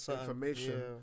information